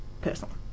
Personal